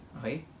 Okay